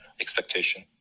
expectation